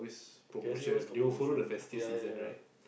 K_F_C always got promotion ya ya ya